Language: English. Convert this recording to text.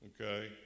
okay